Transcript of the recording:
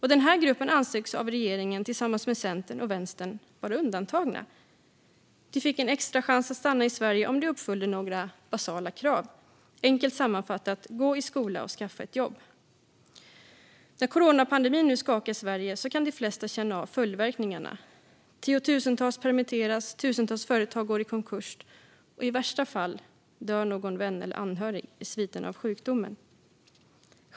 Den gruppen ansågs av regeringen tillsammans med Centern och Vänstern vara undantagen. De fick en extra chans att stanna i Sverige om de uppfyllde några basala krav, enkelt sammanfattat: Gå i skola och skaffa ett jobb! När coronapandemin nu skakar Sverige kan de flesta känna av följdverkningarna. Tiotusentals permitteras. Tusentals företag går i konkurs. I värsta fall dör någon vän eller anhörig i sviterna av sjukdomen.